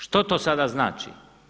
Što to sada znači?